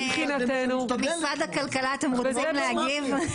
משרד הכלכלה, אתם רוצים להגיב?